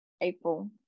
april